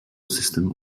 system